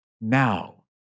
now